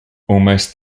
almost